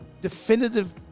definitive